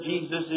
Jesus